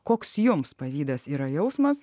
koks jums pavydas yra jausmas